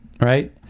right